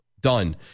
done